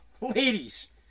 Ladies